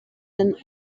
and